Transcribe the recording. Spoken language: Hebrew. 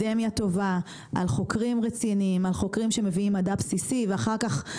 על חוקרים שמביאים מדע בסיסי ואחר כך מחקר במדע יישומי בתחומים רבים,